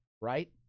right